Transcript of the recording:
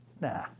nah